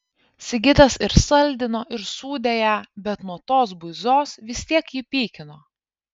sigitas ir saldino ir sūdė ją bet nuo tos buizos vis tiek jį pykino